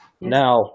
Now